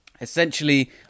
Essentially